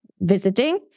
visiting